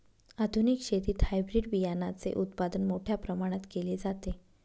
आधुनिक शेतीत हायब्रिड बियाणाचे उत्पादन मोठ्या प्रमाणात केले जाते